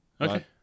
Okay